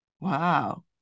Wow